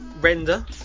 render